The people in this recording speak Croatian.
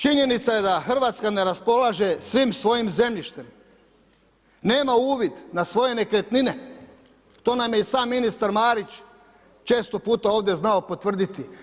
Činjenica je da RH ne raspolaže svim svojim zemljištem, nema uvid na svoje nekretnine, to nam je i sam ministar Marić često puta ovdje znao potvrditi.